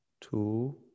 Two